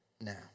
now